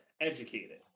educated